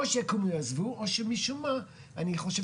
או שהם יקומו ויעזבו או שמשום מה אני חושבת